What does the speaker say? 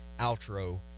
outro